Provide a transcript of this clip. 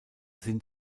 sind